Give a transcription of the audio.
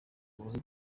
ububi